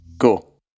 Cool